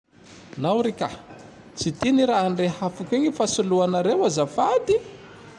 Nao rikahe! Tsy ty ne raha nirehafiko igny fa soloanareo azafady!